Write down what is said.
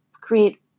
create